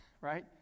Right